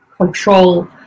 control